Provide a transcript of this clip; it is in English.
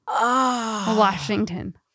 Washington